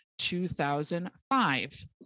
2005